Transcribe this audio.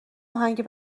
آهنگ